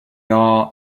are